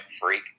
freak